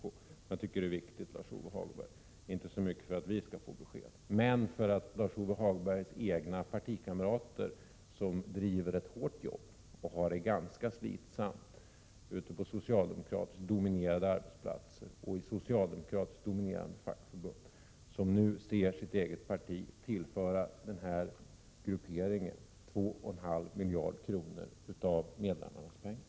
Jag tycker som sagt att det är viktigt att få svar på frågan, Lars-Ove Hagberg — inte så mycket för att vi skall få besked som för att Lars-Ove Hagbergs partikamrater skall få det — de som utför ett hårt arbete och har det ganska slitsamt ute på socialdemokratiskt dominerade arbetsplatser och i socialdemokratiskt dominerade fackförbund och som nu ser sitt eget parti tillföra denna gruppering 2,5 miljarder kronor av medlemmarnas pengar.